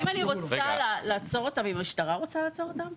אתה שואל אם המשטרה רוצה לעצור אותם?